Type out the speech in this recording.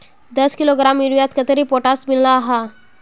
दस किलोग्राम यूरियात कतेरी पोटास मिला हाँ?